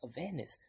awareness